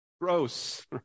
gross